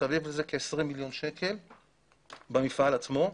מסביב לזה כ-20 מיליון שקלים במפעל עצמו.